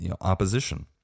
opposition